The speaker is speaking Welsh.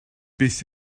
beth